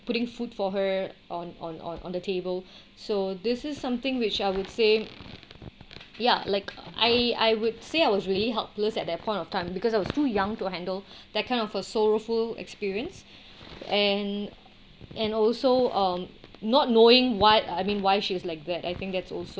putting food for her on on on on the table so this is something which I would say ya like I I would say I was really helpless at that point of time because I was too young to handle that kind of a sorrowful experience and and also um not knowing what I mean why she was like that I think that's also